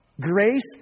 Grace